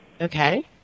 Okay